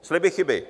Sliby chyby!